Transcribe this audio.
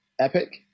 epic